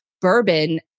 bourbon